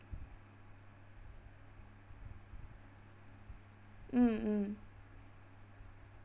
mm mm